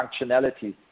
functionality